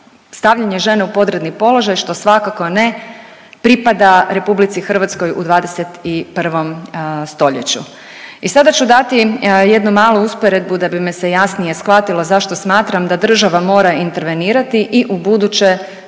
stavljanje žena u podredni položaj što svakako ne pripada RH u 21. stoljeću. I sada ću dati jednu malu usporedbu da bi me se jasnije shvatilo zašto smatram da država mora intervenirati i ubuduće